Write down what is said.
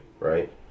Right